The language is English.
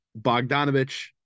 Bogdanovich